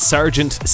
Sergeant